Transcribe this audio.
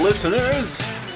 Listeners